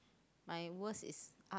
my worst is art